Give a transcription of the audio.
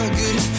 good